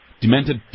Demented